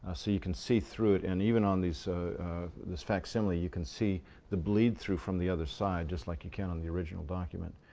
ah you can see through it, and even on this this facsimile, you can see the bleed-through from the other side. just like you can on the original document.